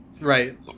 Right